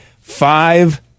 five